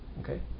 Okay